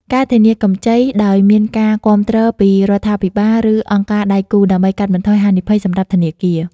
ការធានាកម្ចី ដោយមានការគាំទ្រពីរដ្ឋាភិបាល ឬអង្គការដៃគូ ដើម្បីកាត់បន្ថយហានិភ័យសម្រាប់ធនាគារ ។